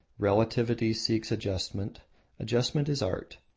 relativity seeks adjustment adjustment is art.